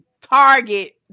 target